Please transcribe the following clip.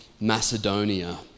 Macedonia